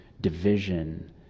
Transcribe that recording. division